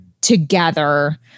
together